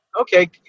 Okay